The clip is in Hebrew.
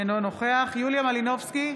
אינו נוכח יוליה מלינובסקי,